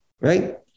right